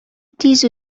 тиз